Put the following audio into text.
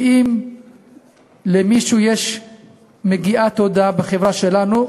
כי אם למישהו מגיעה תודה בחברה שלנו,